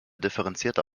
differenzierter